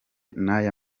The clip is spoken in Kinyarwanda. n’aya